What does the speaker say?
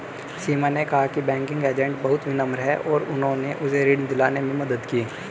सीमा ने कहा कि बैंकिंग एजेंट बहुत विनम्र हैं और उन्होंने उसे ऋण दिलाने में मदद की